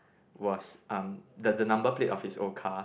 was um the the number plate of his old car